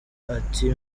ati